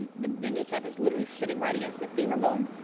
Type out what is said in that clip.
the the kneecap is literally sitting right against the femur bone,